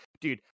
Dude